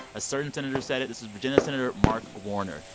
a certain senator said it. this was virginia senator mark warner.